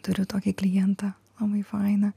turiu tokį klientą labai fainą